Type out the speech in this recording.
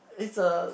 it's a